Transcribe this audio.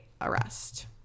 arrest